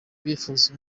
bifuza